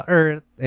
earth